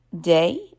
day